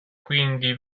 quindi